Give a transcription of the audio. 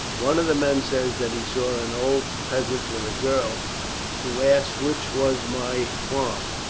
one of the men says that he saw an old peasant with a girl who asked which was my farm.